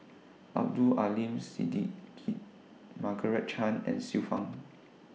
Abdul Aleem Siddique Margaret Chan and Xiu Fang